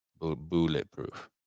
Bulletproof